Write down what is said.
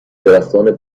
درختان